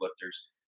lifters